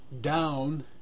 down